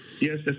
Yes